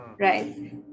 right